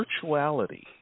virtuality